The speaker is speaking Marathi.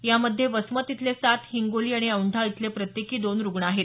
यामध्ये वसमत इथले सात हिंगोली आणि औंढा इथले प्रत्येकी दोन रुग्ण आहेत